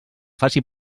faci